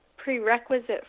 prerequisite